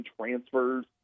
transfers